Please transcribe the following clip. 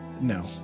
no